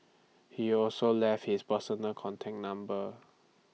he also left his personal content number